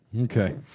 okay